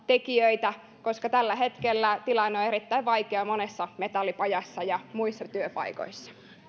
tekijöitä koska tällä hetkellä tilanne on erittäin vaikea monessa metallipajassa ja muissa työpaikoissa